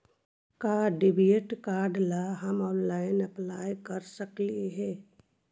का debit card ला हम ऑनलाइन अप्लाई कर सकली हे?